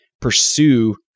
pursue